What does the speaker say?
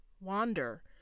Wander